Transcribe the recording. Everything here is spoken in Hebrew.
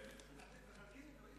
אתם מחלקים, היום?